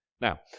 Now